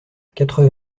quatre